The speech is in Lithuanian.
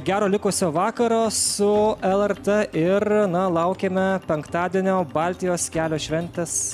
gero likusio vakaro su lrt ir na laukiame penktadienio baltijos kelio šventės